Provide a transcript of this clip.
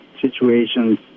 situations